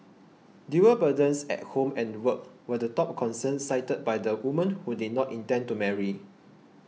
dual burdens at home and work were the top concern cited by the women who did not intend to marry